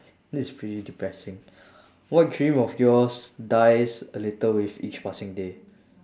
this is pretty depressing what dream of yours dies a little with each passing day